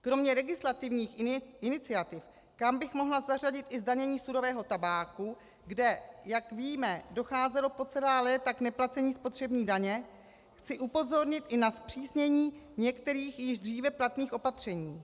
Kromě legislativních iniciativ, kam bych mohla zařadit i zdanění surového tabáku, kde, jak víme, docházelo po celá léta k neplacení spotřební daně, chci upozornit i na zpřísnění některých již dříve platných opatření.